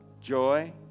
joy